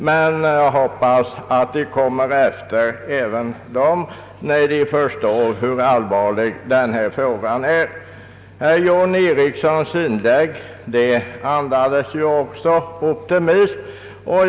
Låt oss hoppas att de ändrar sig när de förstår hur allvarlig frågan är. Herr John Ericssons inlägg andades också optimism.